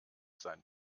sein